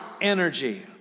energy